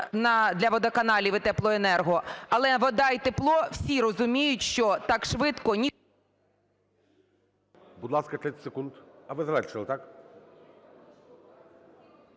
для водоканалів і теплоенерго, але вода й тепло, всі розуміють, що так швидко…